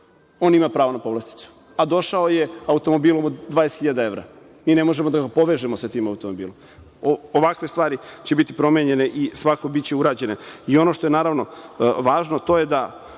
On ima pravo na povlasticu. A došao je automobilom od 20.000 evra i ne možemo da ga povežemo sa tim automobilom. Ovakve stvari će biti promenjene i svakako biće urađene. I ono, što je, naravno, važno, a to je da